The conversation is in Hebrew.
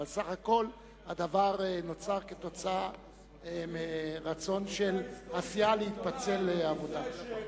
אבל סך הכול הדבר נוצר כתוצאה מרצון של הסיעה להתפצל לעבודה.